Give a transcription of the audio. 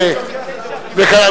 אני לוקח,